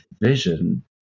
vision